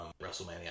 Wrestlemania